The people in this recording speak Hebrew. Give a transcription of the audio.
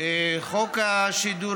חוק השידור